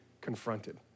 confronted